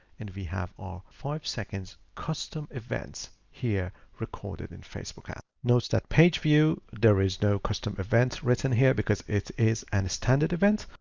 and we have our five seconds custom events here. recorded in facebook ah knows that page view there is no custom events written here because it is and a standard event.